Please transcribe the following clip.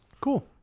Cool